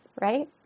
right